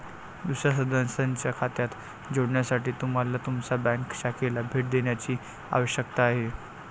दुसर्या सदस्याच्या खात्यात जोडण्यासाठी तुम्हाला तुमच्या बँक शाखेला भेट देण्याची आवश्यकता आहे